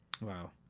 Wow